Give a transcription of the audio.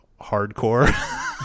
hardcore